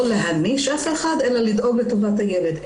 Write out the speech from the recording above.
להעניש אף אחד אלא לדאוג לטובת הילד.